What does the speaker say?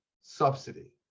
subsidy